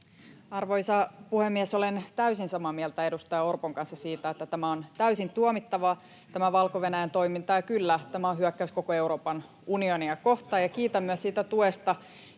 Arvoisa puhemies! Olen täysin samaa mieltä edustaja Orpon kanssa siitä, että tämä Valko-Venäjän toiminta on täysin tuomittavaa. [Petteri Orpo: Hyvä alku!] Ja kyllä, tämä on hyökkäys koko Euroopan unionia kohtaan. Kiitän myös siitä tuesta,